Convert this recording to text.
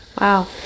Wow